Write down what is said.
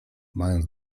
mając